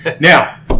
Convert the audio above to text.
now